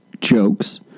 jokes